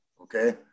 Okay